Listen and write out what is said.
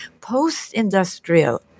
post-industrial